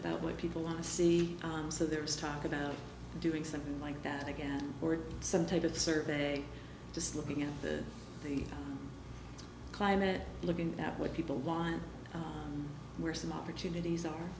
about what people want to see so there was talk about doing something like that again or some type of survey just looking at the climate looking at what people want were some opportunities are